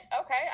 okay